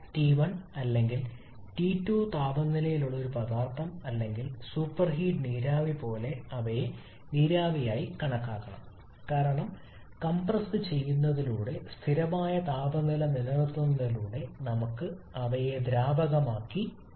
T 1 അല്ലെങ്കിൽ T 2 താപനിലയിലുള്ള ഒരു പദാർത്ഥം അല്ലെങ്കിൽ സൂപ്പർഹീറ്റ് നീരാവി പോലെ അവയെ നീരാവി ആയി കണക്കാക്കണം കാരണം കംപ്രസ്സുചെയ്യുന്നതിലൂടെ സ്ഥിരമായ താപനില നിലനിർത്തുന്നതിലൂടെ നമുക്ക് അവയെ ദ്രാവകമാക്കി മാറ്റാം